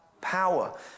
power